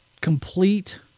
complete